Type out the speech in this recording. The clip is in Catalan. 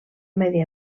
medi